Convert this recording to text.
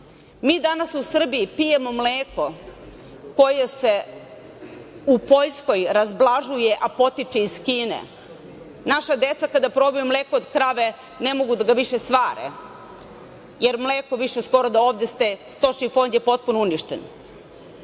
mi danas u Srbiji pijemo mleko koje se u Poljskoj razblažuje, a potiče iz Kine. Naša deca kada probaju mleko od krave, ne mogu više da ga svare, jer mleko skoro više da ovde nedostaje, stočni fond je potpuno